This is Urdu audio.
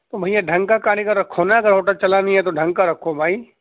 تو بھیا ڈھنگ کا کاریگر رکھو نا اگر ہوٹل چلانی ہے تو ڈھنگ کا رکھو بھائی